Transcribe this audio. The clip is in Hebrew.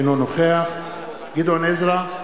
אינו נוכח גדעון עזרא,